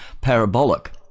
parabolic